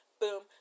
Boom